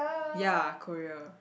ya Korea